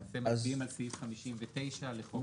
אתם מצביעים על סעיף 59 לחוק הכלכלי.